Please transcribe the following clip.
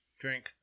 Drink